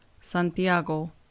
Santiago